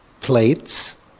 plates